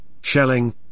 shelling